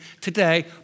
today